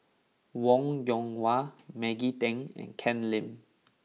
Wong Yoon Wah Maggie Teng and Ken Lim